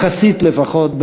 יחסית לפחות,